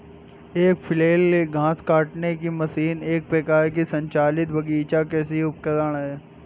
एक फ्लैल घास काटने की मशीन एक प्रकार का संचालित बगीचा कृषि उपकरण है